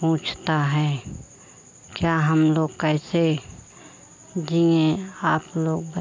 पूछता है क्या हम लोग कैसे जिएं आप लोग बत